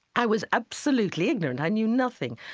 i was absolutely ignorant. i knew nothing.